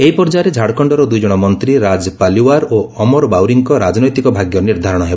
ଏହି ପର୍ଯ୍ୟାୟରେ ଝାଡ଼ଖଣର ଦୁଇଜଣ ମନ୍ତ୍ରୀ ରାଜ ପାଲିୱାର ଓ ଅମର ବାଉରୀଙ୍କ ରାଜନୈତିକ ଭାଗ୍ୟ ନିର୍ଦ୍ଧାରଣ ହେବ